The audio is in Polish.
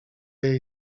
jej